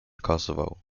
kosovo